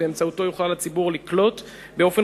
שבאמצעותו יוכל הציבור לקלוט באופן